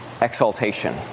exaltation